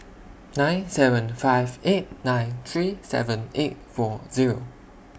nine seven five eight nine three seven eight four Zero